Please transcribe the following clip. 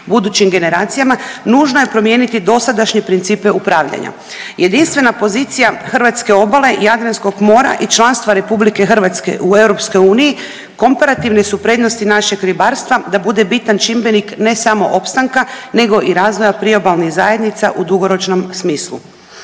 budućim generacijama, nužno je promijeniti dosadašnje principe upravljanja. Jedinstvena pozicija hrvatske obale Jadranskog mora i članstva RH u EU komparativne su prednosti našeg ribarstva da bude bitan čimbenik ne samo opstanka nego i razvoja priobalnih zajednica u dugoročnom smislu.